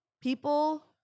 people